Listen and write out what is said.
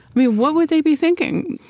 mean what would they be thinking?